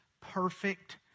perfect